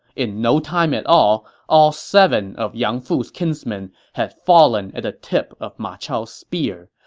in no time at all, all seven of yang fu's kinsmen had fallen at the tip of ma chao's spear,